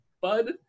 bud